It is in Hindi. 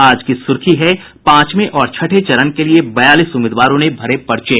आज की सुर्खी है पांचवे और छठे चरण के लिये बयालीस उम्मीदवारों ने भरे पर्चे